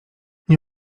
nie